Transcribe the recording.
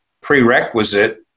prerequisite